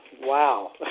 Wow